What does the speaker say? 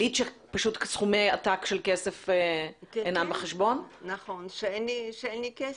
אז אמרתי: תיכנסי והיא לחשה לי באוזן: תישבעי שלא תתלונני.